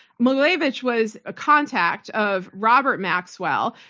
mogilevich was a contact of robert maxwell.